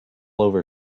over